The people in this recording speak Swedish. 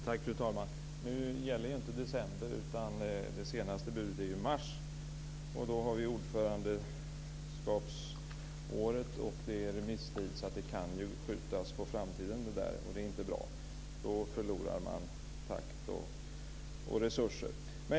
Fru talman! Nu gäller inte längre december. Det senaste budet är mars. Då är Sverige ordförande i EU. Dessutom blir det remisstid, så det kan skjutas på framtiden. Det är inte bra. Då förlorar man tid och resurser.